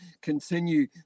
continue